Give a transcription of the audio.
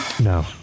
No